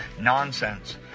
nonsense